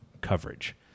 coverage